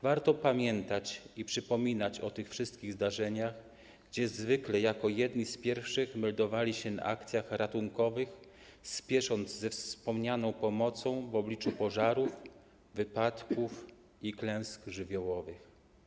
Warto pamiętać i przypominać o tych wszystkich zdarzeniach, gdzie zwykle jako jedni z pierwszych meldowali się na akcjach ratunkowych, spiesząc ze wspomnianą pomocą w obliczu pożarów, wypadków i klęsk żywiołowych.